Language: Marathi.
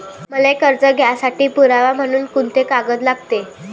मले कर्ज घ्यासाठी पुरावा म्हनून कुंते कागद लागते?